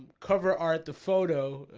cover are at the photo.